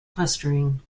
clustering